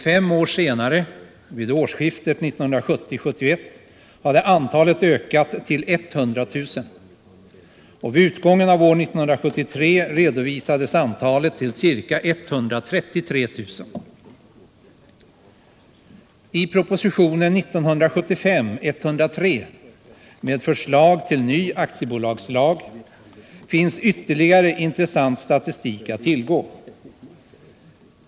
Fem år senare, vid årsskiftet 1970-1971, hade antalet ökat till 100 000, och vid utgången av år 1973 redovisades antalet till ca 133 000. ligare intressant statistik att tillgå.